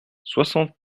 soixante